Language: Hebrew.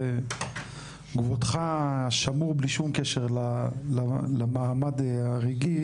כבודך שמור בלי שום קשר למעמד הרגעי,